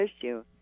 issue